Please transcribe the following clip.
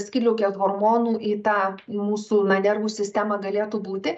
skydliaukės hormonų į tą į mūsų na nervų sistemą galėtų būti